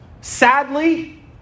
sadly